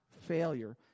failure